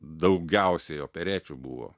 daugiausiai operečių buvo